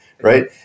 right